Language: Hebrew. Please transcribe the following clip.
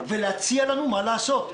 ולהציע לנו מה לעשות,